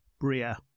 Bria